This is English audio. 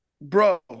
bro